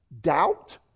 doubt